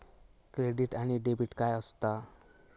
Credit आणि debit काय असता?